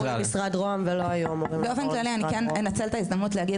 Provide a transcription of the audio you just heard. אני מבקשת לנצל את ההזדמנות להגיד